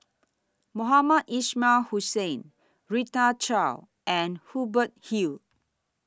Mohamed Ismail Hussain Rita Chao and Hubert Hill